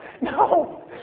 No